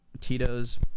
Tito's